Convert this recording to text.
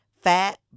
fat